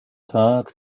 tak